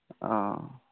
हँ